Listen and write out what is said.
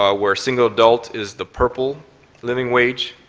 ah where single adult is the purple living wage,